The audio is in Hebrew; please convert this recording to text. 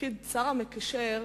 תפקיד השר המקשר,